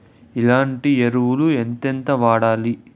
ఎట్లాంటి ఎరువులు ఎంతెంత వాడాలి?